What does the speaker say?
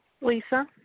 Lisa